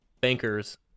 bankers